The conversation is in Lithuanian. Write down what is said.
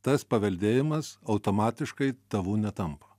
tas paveldėjimas automatiškai tavu netampa